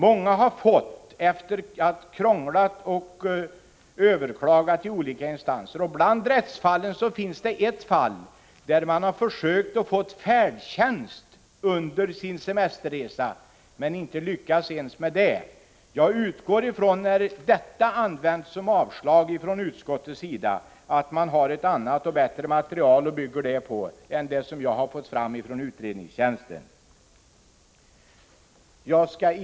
Många har lyckats efter krångel och överklaganden i olika instanser. Bland rättsfallen finns det ett där man har försökt att få färdtjänst under sin semesterresa men inte lyckats. Jag utgår ifrån att utskottet har ett annat och bättre material att grunda sitt avslag på än det som jag har fått fram hos utredningstjänsten. Herr talman!